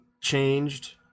changed